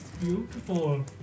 beautiful